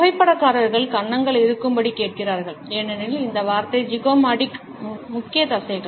புகைப்படக்காரர்கள் கன்னங்கள் இருக்கும்படி கேட்கிறார்கள் ஏனெனில் இந்த வார்த்தை ஜிகோமாடிக் முக்கிய தசைகள்